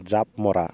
জাপ মৰা